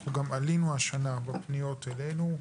אנחנו גם עלינו השנה בפניות אלינו.